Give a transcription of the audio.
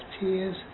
tears